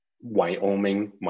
Wyoming